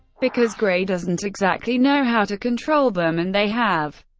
because gray doesn't exactly know how to control them, and they have.